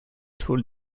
told